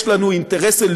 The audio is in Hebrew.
חוץ מהשמש.